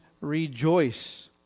rejoice